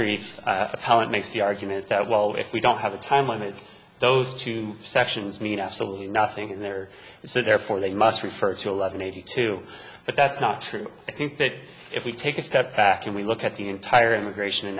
appellant makes the argument that well if we don't have a time limit those two sessions mean absolutely nothing there so therefore they must refer to eleven eighty two but that's not true i think that if we take a step back and we look at the entire immigration a